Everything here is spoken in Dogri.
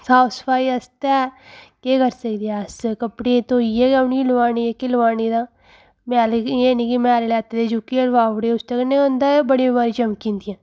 साफ सफाई आस्तै केह् करी सकदे अस कपड़े धोइयै गै उ'नेंगी लोआने जेह्के लोआने तां एह् नि करना मैले लैते ते चुक्कियै लोआऊ ओड़े उसदे कन्नै होंदा ऐ बड़ी बमारियां चमकी जंदियां